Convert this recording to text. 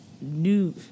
new